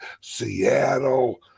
seattle